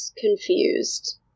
confused